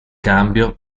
cambio